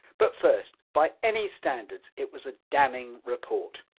but first, by any standards it was a damning report.